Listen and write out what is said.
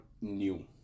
new